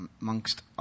amongst